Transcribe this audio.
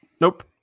Nope